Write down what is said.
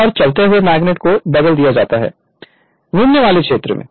और चलते हुए मैग्नेट को बदल दिया जाता है घूमने वाला क्षेत्र में